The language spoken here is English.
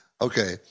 Okay